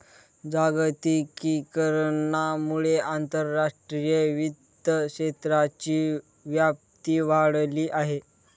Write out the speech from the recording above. जागतिकीकरणामुळे आंतरराष्ट्रीय वित्त क्षेत्राची व्याप्ती वाढली आहे